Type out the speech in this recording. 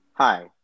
Hi